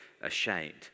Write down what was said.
ashamed